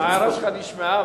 ההערה שלך נשמעה,